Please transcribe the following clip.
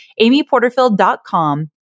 amyporterfield.com